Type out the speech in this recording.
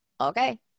Okay